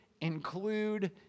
include